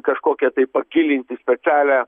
kažkokia tai pagilinti specialią